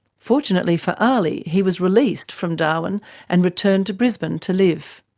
fortunately for ali, he was released from darwin and returned to brisbane to live.